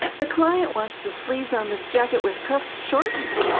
the client wants the sleeves on this jacket with cuffs shortened.